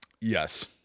Yes